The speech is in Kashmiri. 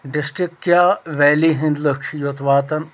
ڈِسٹِرٛکٹ کیٛاہ ویلی ہنٛدۍ لوٗکھ چھِ یوٚت واتان